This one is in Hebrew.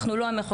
אנחנו לא המחוקק.